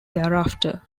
thereafter